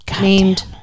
named